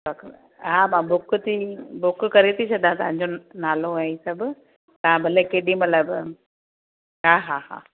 हा बुक थी बुक करे थी छॾियां तव्हांजो नालो ऐं हीअ सभु हा भले केॾी महिल बि हा हा हा